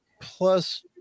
plus